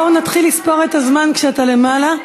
בואו נתחיל לספור את הזמן כשאתה למעלה.